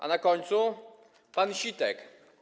A na końcu? Pan Sitek.